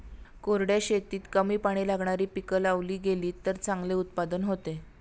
कोरड्या शेतीत कमी पाणी लागणारी पिकं लावली गेलीत तर चांगले उत्पादन होते